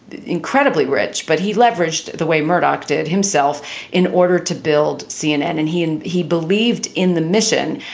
incredibly rich, but he leveraged the way murdoch did himself in order to build cnn. and he and he believed in the mission.